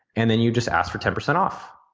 and then you just ask for ten percent off.